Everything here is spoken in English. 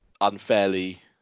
unfairly